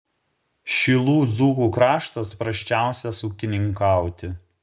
šilų dzūkų kraštas prasčiausias ūkininkauti